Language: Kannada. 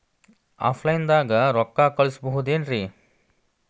ಆಫ್ಲೈನ್ ದಾಗ ರೊಕ್ಕ ಕಳಸಬಹುದೇನ್ರಿ?